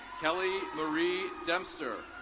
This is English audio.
kelly marie dempster.